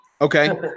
Okay